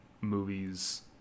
movies